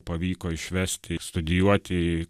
pavyko išvesti studijuoti į